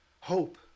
Hope